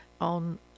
on